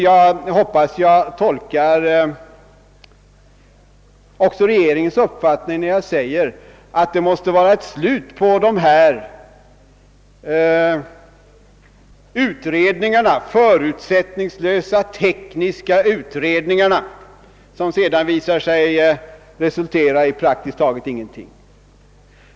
Jag hoppas att jag tolkar också regeringens uppfattning, när jag säger att det måste bli ett slut på de förutsättningslösa, tekniska utredningarna, som sedan visat sig resultera i praktiskt taget ingenting.